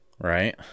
Right